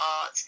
art